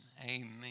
Amen